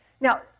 Now